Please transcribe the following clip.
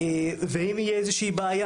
ואם תהיה איזושהי בעיה,